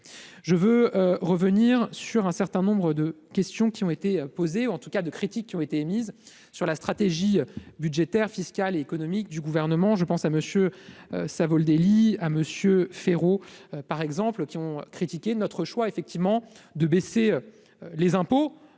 je veux revenir sur un certain nombre de questions qui ont été posés en tout cas de critiques qui ont été émises sur la stratégie budgétaire, fiscale et économique du gouvernement, je pense à Monsieur Savoldelli à Monsieur Féraud, par exemple, qui ont critiqué notre choix effectivement de baisser les impôts,